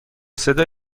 صدا